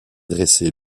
dresser